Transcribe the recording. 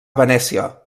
venècia